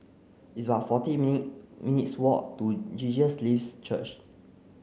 it's about fourteen mean minutes walk to Jesus Lives Church